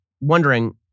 wondering